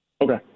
Okay